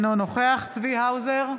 אינו נוכח צבי האוזר,